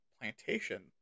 plantation